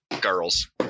girls